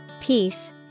Peace